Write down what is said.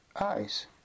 eyes